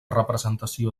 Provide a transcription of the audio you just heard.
representació